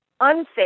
unsafe